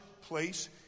place